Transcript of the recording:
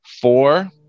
four